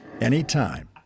anytime